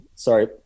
Sorry